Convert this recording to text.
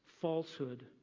falsehood